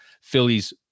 Phillies